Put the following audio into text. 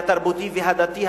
התרבותי והדתי,